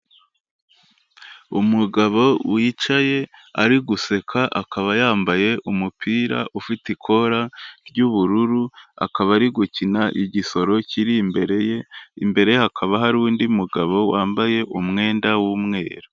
Umugabo wicaye ari guseka, akaba yambaye umupira ufite ikora ry'ubururu, akaba ari gukina igisoro kiri imbere ye, imbere hakaba hari undi mugabo wambaye umwenda w'umweru.